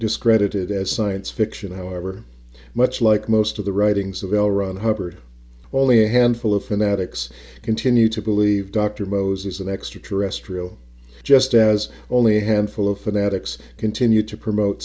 discredited as science fiction however much like most of the writings of l ron hubbard only a handful of fanatics continue to believe dr moses and extraterrestrial just as only a handful of fanatics continue to promote